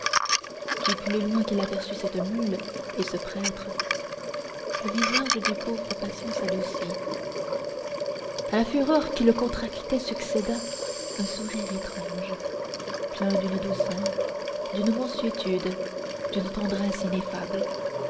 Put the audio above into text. du plus loin qu'il aperçut cette mule et ce prêtre le visage du pauvre patient s'adoucit à la fureur qui le contractait succéda un sourire étrange plein d'une douceur d'une mansuétude d'une tendresse ineffables